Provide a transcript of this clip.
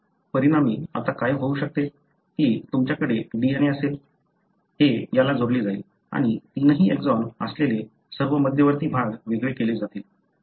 परिणामी आता काय होऊ शकते की तुमच्याकडे DNA असेल हे याला जोडले जाईल आणि तीनही एक्सॉन असलेले सर्व मध्यवर्ती भाग वेगळे केले जातील ठीक आहे